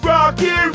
Rocky